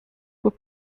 were